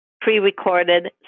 pre-recorded